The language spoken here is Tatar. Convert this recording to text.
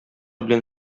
белән